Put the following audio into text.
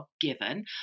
given